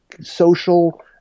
social